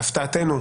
להפתעתנו,